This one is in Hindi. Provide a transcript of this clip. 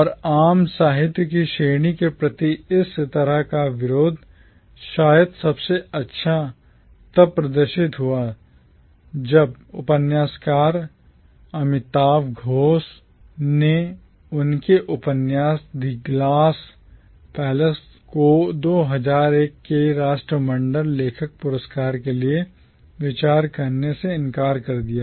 और आम साहित्य की श्रेणी के प्रति इस तरह का विरोध शायद सबसे अच्छा तब प्रदर्शित हुआ जब उपन्यासकार Amitav Ghosh अमिताव घोष ने उनके उपन्यास The Glass Palace The Glass Palace को 2001 के राष्ट्रमंडल लेखक पुरस्कार के लिए विचार करने से इनकार कर दिया